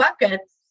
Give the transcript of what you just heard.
buckets